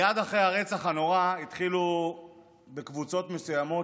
מייד אחרי הרצח הנורא התחילה בקבוצות מסוימות